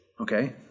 Okay